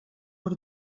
per